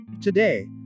Today